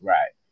Right